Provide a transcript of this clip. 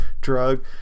drug